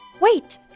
Wait